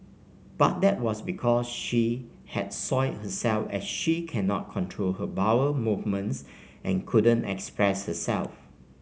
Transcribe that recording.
but that was because she had soiled herself as she cannot control her bowel movements and couldn't express herself